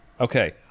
Okay